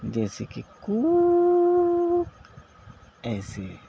جیسےکہ کووووک ایسے